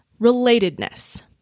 relatedness